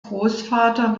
großvater